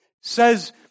says